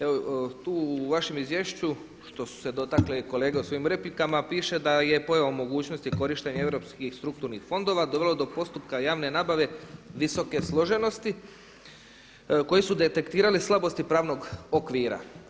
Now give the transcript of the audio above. Evo tu u vašem izvješću što su se dotakle kolege u svojim replikama piše da je pojavom mogućnosti korištenja europskih strukturnih fondova dovelo do postupka javne nabave visoke složenosti koje su detektirale slabosti pravnog okvira.